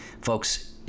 Folks